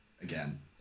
again